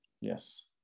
yes